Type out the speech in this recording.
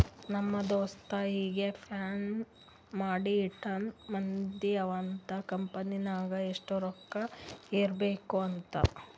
ನಮ್ ದೋಸ್ತ ಈಗೆ ಪ್ಲಾನ್ ಮಾಡಿ ಇಟ್ಟಾನ್ ಮುಂದ್ ಅವಂದ್ ಕಂಪನಿ ನಾಗ್ ಎಷ್ಟ ರೊಕ್ಕಾ ಇರ್ಬೇಕ್ ಅಂತ್